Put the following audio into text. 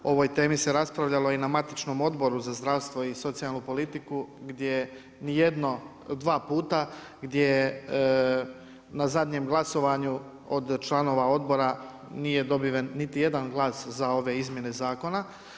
O ovoj temi se raspravljalo i na Matičnom odboru za zdravstvo i socijalnu politiku, gdje ni jednom, dva puta, gdje je na zadnjem glasovanju od članova odbora nije dobiven niti jedan glas za ove izmjene zakona.